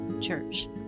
Church